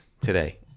today